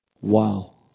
Wow